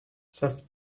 self